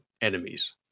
enemies